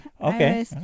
Okay